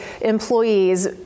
employees